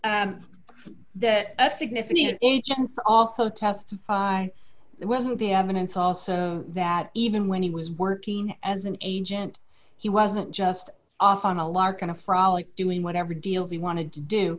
that a significant agents also testified it wasn't the evidence also that even when he was working as an agent he wasn't just off on a lark on a frolic doing whatever deals he wanted to do